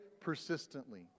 persistently